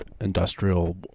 industrial